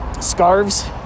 scarves